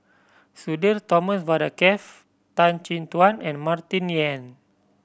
Sudhir Thomas Vadaketh Tan Chin Tuan and Martin Yan